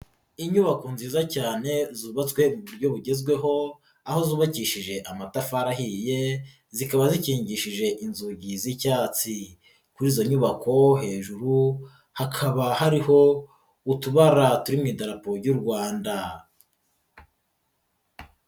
Inyubako nziza cyane zubatswe ku buryo bugezweho aho zubakishije amatafari ahiye, zikaba zikingishije inzugi z'icyatsi, kuri izo nyubako hejuru hakaba hariho utubara turi mu diarapo ry'u Rwanda.